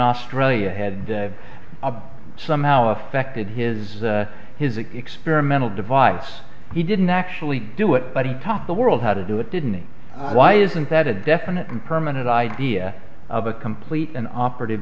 australia had a somehow affected his his experimental device he didn't actually do it but he taught the world how to do it didn't it why isn't that a definite and permanent idea of a complete an operative